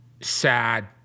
sad